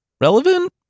relevant